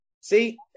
See